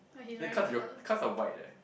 the cards got the cards are white leh